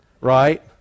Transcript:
right